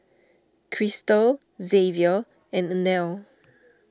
Kristal Xzavier and Inell